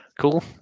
Cool